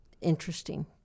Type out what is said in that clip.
interesting